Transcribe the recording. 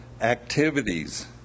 activities